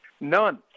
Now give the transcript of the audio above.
None